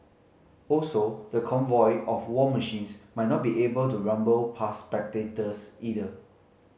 also the convoy of war machines might not be able to rumble past spectators either